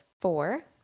four